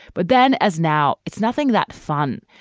but then as now, it's nothing that fun.